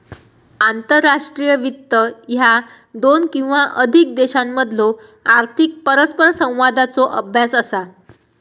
आंतरराष्ट्रीय वित्त ह्या दोन किंवा अधिक देशांमधलो आर्थिक परस्परसंवादाचो अभ्यास असा